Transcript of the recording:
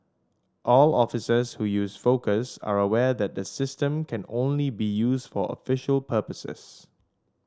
all officers who use Focus are aware that the system can only be used for official purposes